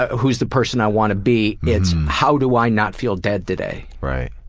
who's the person i wanna be? it's how do i not feel dead today? right.